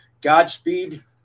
Godspeed